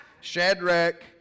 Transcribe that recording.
Shadrach